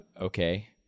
Okay